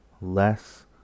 less